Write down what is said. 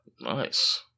Nice